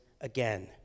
again